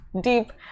Deep